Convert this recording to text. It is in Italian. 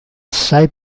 assai